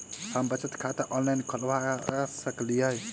हम बचत खाता ऑनलाइन खोलबा सकलिये?